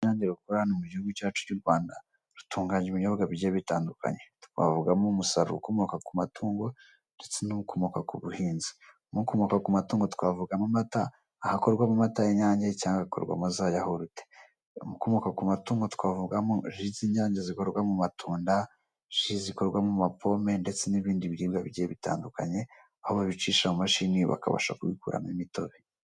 Uruganda rw'inyange rukorera mu gihugu cyacu cy'u Rwanda rutunganya ibinyobwa bigiye bitandukanye. Twavugamo umusaruro ukomoka ku matungo ndetse n'ukomoka ku buhinzi. Mu komoka ku matungo twavugamo amata ahakorwamo amata y'inyange cyangwa hagakorwamo za yawurute, ukomoka ku matungo twavugamo ji z'inyange zikorwa mu matunda, ji zikorwa mu mapome ndetse n'ibindi biribwa bigiye bitandukanye, aho babicisha mu mashini bakabasha kubikuramo imitobe.